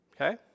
okay